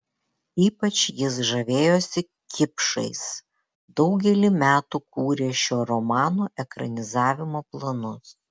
ypač jis žavėjosi kipšais daugelį metų kūrė šio romano ekranizavimo planus